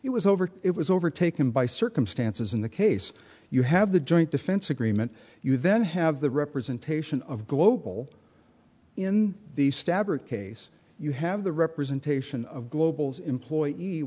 it was over it was overtaken by circumstances in the case you have the joint defense agreement you then have the representation of global in the stabber case you have the representation of global's employe